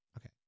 Okay